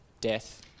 death